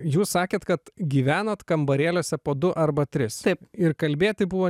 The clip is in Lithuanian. jūs sakėt kad gyvenot kambarėliuose po du arba tris ir kalbėti buvo